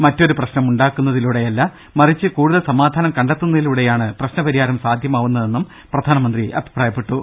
മറ്റൊരു പ്രശ്നം ഉണ്ടാക്കുന്നതിലൂടെയല്ല മറിച്ച് കൂടുതൽ സമാധാനം കണ്ടെത്തുന്നതിലൂടെയാണ് പ്രശ്ന പരിഹാരം സാധ്യമാവുന്നതെന്ന് പ്രധാനമന്ത്രി അഭിപ്രായപ്പെട്ടു